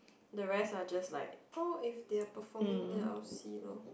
the rest are just like oh if they are performing then I will see lor